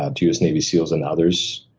ah to us navy seals, and others.